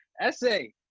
Essay